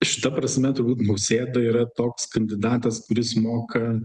šita prasme turbūt nausėda yra toks kandidatas kuris moka